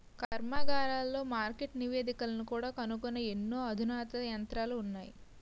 కర్మాగారాలలో మార్కెట్ నివేదికలను కూడా కనుగొనే ఎన్నో అధునాతన యంత్రాలు ఉన్నాయి